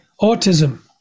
autism